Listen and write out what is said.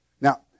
Now